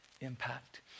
impact